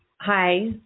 Hi